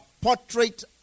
portrait